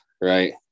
right